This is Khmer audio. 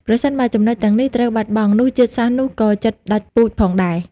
ប្រសិនបើចំណុចទាំងនេះត្រូវបាត់បង់ នោះជាតិសាសន៍នោះក៏ជិតដាច់ពូជផងដែរ។